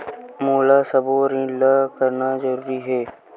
मोला सबो ऋण ला करना जरूरी हे?